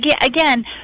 again